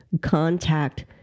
contact